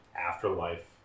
afterlife